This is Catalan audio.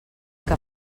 que